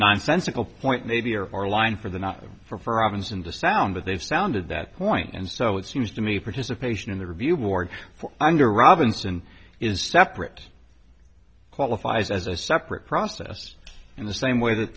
nonsensical point maybe or line for the not for robinson to sound but they've sounded that point and so it seems to me participation in the review board under robinson is separate qualifies as a separate process in the same way that